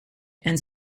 and